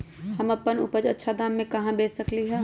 हम अपन उपज अच्छा दाम पर कहाँ बेच सकीले ह?